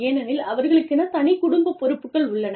ஏனெனில் அவர்களுக்கென தனி குடும்பப் பொறுப்புகள் உள்ளன